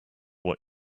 what